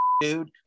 dude